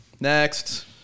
Next